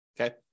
Okay